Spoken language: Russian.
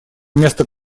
вместо